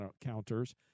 counters